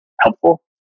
helpful